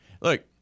Look